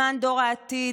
למען דור העתיד,